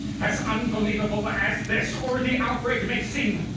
as unbelievable as this or the outbreak may seem,